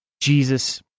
Jesus